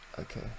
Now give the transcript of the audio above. Okay